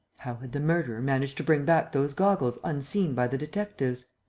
how had the murderer managed to bring back those goggles unseen by the detectives?